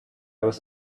was